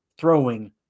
throwing